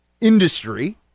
industry